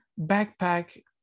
backpack